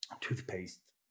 toothpaste